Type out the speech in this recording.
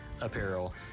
apparel